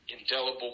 Indelible